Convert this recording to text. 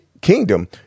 kingdom